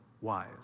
wise